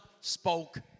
spoke